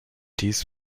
dies